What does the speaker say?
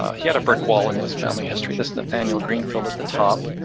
he had a brick wall in his family history. that's nathaniel greenfield at the top.